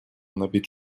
набить